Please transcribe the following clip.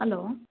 hello